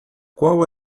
qual